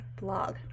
blog